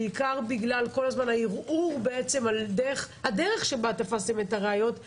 בעיקר על הדרך שבה תפסתם את הראיות והערעור על כך.